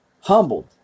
humbled